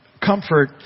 Comfort